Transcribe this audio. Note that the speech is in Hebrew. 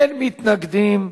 אין מתנגדים,